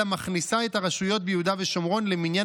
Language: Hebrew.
אלא מכניסה את הרשויות ביהודה ושומרון למניין